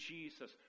Jesus